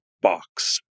box